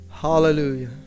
hallelujah